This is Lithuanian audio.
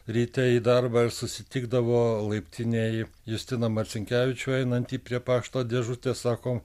ryte į darbą ar susitikdavo laiptinėj justiną marcinkevičių einantį prie pašto dėžutės sako